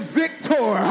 victor